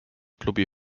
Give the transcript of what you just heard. klubi